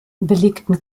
belegten